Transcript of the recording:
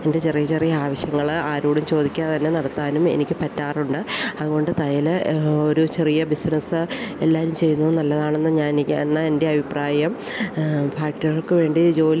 എൻ്റെ ചെറിയ ചെറിയ ആവശ്യങ്ങൾ ആരോടും ചോദിക്കാതെ തന്നെ നടത്താനും എനിക്ക് പറ്റാറുണ്ട് അതുകൊണ്ട് തയ്യൽ ഒരു ചെറിയ ബിസിനസ് എല്ലാവരും ചെയ്യുന്നത് നല്ലതാണെന്ന് ഞാൻ എനിക്ക് ആണ് എൻ്റെ അഭിപ്രായം ഫാക്ടറികൾക്ക് വേണ്ടി ജോലി